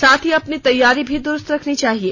साथ ही अपनी तैयारी भी दुरुस्त रखनी चाहिये